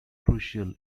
crucial